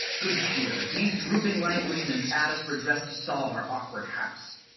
good cheer, these drooping languishments add us redress to salve our awkward haps.